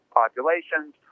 populations